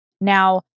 Now